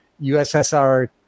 USSR